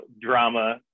drama